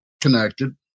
connected